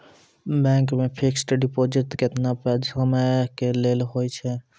Bank मे fixed deposit केतना समय के लेली होय छै?